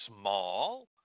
small